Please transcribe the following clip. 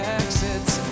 exits